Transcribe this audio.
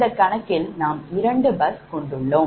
இந்த கணக்கில் நாம் 2 bus கொண்டுள்ளோம்